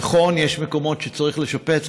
נכון, יש מקומות שצריך לשפץ.